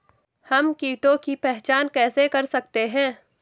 हम कीटों की पहचान कैसे कर सकते हैं?